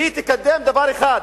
והיא תקדם דבר אחד,